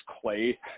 Clay